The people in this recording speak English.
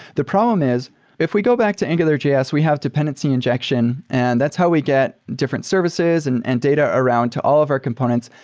the problem is if we go back to angularjs, we have dependency injection, and that's how we get different services and and data around to all of our components.